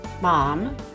mom